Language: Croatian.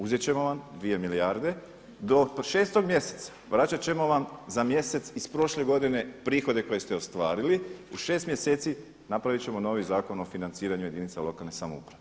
Uzeti ćemo vam 2 milijarde do 6. mjeseca, vraćati ćemo vam za mjesec iz prošle godine prihode koje ste ostvarili, u 6 mjeseci napraviti ćemo novi Zakon o financiranju jedinica lokalne samouprave.